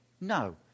No